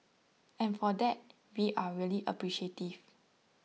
and for that we are really appreciative